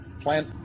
plant